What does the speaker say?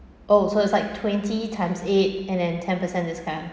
oh so it's like twenty times eight and then ten percent discount